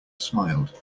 smiled